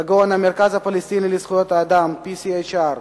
כגון: המרכז הפלסטיני לזכויות האדם, PCHR,